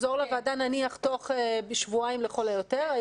לחזור לוועדה נניח תוך 14 יום לכל היותר.